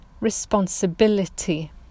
responsibility